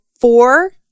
four